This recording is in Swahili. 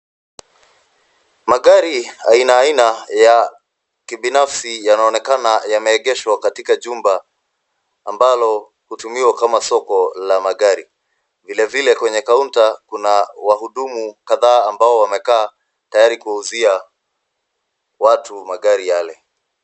Magari aina aina ya kibinafsi yanaonekana yameegeshwa katika jumba ambalo hutumiwa kama soko la magari. Vile vile kwenye kaunta kuna wahudumu kadhaa ambao wamekaa tayari kuwauzia watu magari yale.